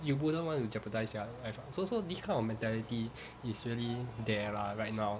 you wouldn't want to jeopardize their life ah so so this kind of mentality is really there lah right now